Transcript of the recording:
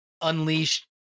unleashed